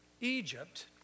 Egypt